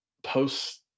Posts